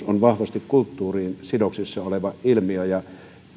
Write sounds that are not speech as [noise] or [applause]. [unintelligible] on vahvasti kulttuuriin sidoksissa oleva ilmiö